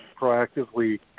proactively